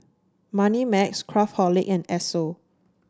Moneymax Craftholic and Esso